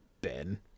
Ben